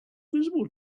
visible